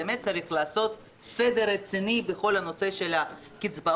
באמת צריך לעשות סדר רציני בכל הנושא של הקצבאות.